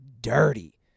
DIRTY